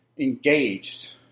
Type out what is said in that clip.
engaged